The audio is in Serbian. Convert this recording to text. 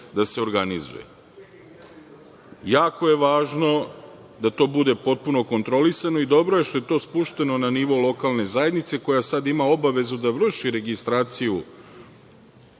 da se organizuje. Jako je važno da to bude potpuno kontrolisano i dobro je što je to spušteno na nivo lokalne zajednice koja sada ima obavezu da vrši registraciju